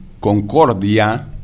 Concordia